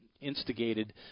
instigated